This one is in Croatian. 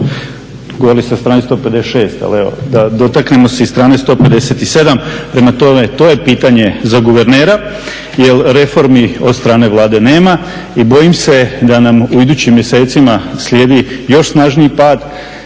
Govorili ste o strani 156., ali evo da dotaknemo se i strane 157., prema tome to je pitanje za guvernera. Jer reformi od strane Vlade nema i bojim se da nam u idućim mjesecima slijedi još snažniji pad,